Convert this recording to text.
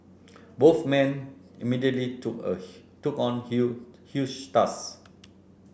both men immediately took took on huge tasks